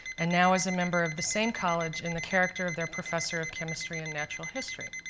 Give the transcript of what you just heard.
and now is a member of the same college in the character of their professor of chemistry and natural history.